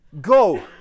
go